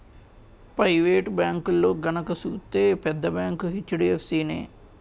private బేంకుల్లో గనక సూత్తే పెద్ద బేంకు హెచ్.డి.ఎఫ్.సి నే